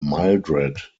mildred